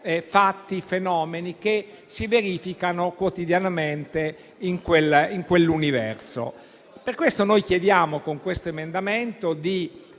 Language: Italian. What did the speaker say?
fatti e fenomeni che si verificano quotidianamente in quell'universo. Per questo chiediamo, con questo emendamento, di